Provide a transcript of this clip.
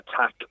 attack